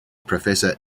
professor